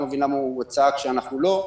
אני לא מבין למה הוא צעק שאנחנו לא.